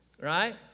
Right